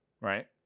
Right